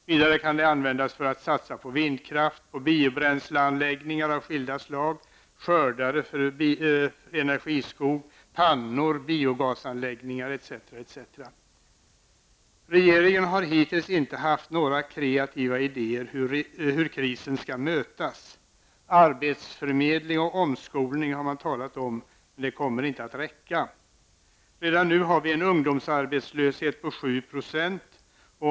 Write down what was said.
Vidare kan den användas för att satsa på vindkraft, biobränsleanläggningar av skilda slag -- Regeringen har hittills inte haft några kreativa idéer för hur krisen skall mötas. Man har talat om arbetsförmedling och omskolning, men det kommer inte att räcka. Redan nu har vi en ungdomsarbetslöshet på 7 %.